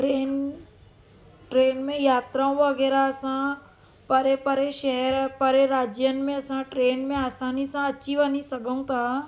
train train में यात्राऊं वग़ैरह सां परे परे शहर परे राज्यनि में असां ट्रेन में आसानी सां अची वञी सघूं था